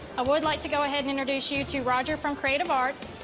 i would like to go ahead and introduce you to roger from creative arts.